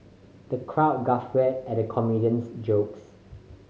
the crowd guffawed at the comedian's jokes